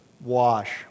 wash